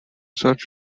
such